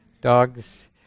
dogs